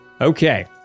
Okay